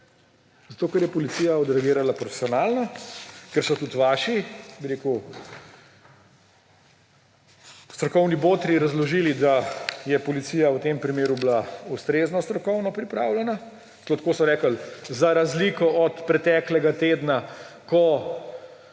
uspelo, ker je policija odreagirala profesionalno, ker so tudi vaši strokovni botri razložili, da je policija v tem primeru bila ustrezno strokovno pripravljena. Celo tako so rekli, za razliko od preteklega tedna, ko